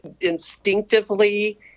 instinctively